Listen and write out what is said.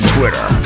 Twitter